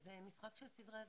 זה משחק של סדרי עדיפויות.